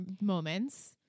moments